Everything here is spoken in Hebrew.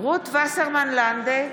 רות וסרמן לנדה,